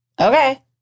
Okay